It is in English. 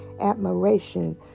admiration